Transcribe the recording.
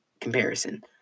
comparison